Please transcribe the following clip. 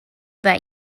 that